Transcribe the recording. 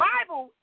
Bible